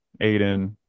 aiden